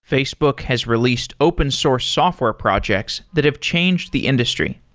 facebook has re leased open source software projects that have changed the industry.